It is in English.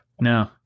No